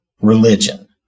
religion